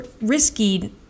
risky